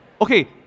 Okay